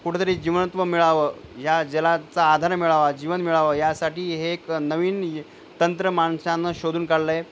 कुठेतरी जीवनत्व मिळावं या जलाचा आधार मिळावा जीवन मिळावं यासाठी हे एक नवीन तंत्र माणसानं शोधून काढलं आहे